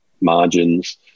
margins